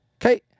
Okay